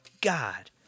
God